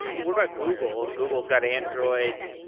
what about google? google's got android.